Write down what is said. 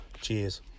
Cheers